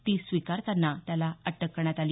ती स्वीकारताना त्याला अटक करण्यात आली